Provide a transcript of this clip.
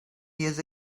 years